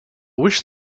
wish